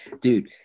dude